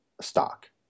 stock